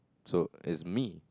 so it's me